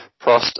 Prost